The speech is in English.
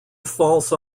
false